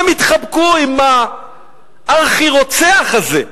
הם התחבקו עם הארכי-רוצח הזה,